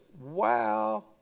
Wow